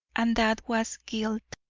and that was guilt.